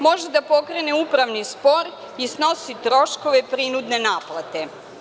Može da pokrene upravni spor i snosi troškove prinudne naplate.